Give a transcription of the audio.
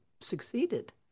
succeeded